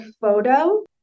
photo